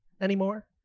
anymore